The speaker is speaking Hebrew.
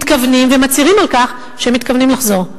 מתכוונים ומצהירים על כך שהם מתכוונים לחזור.